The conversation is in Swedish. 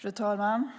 Fru talman!